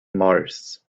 mars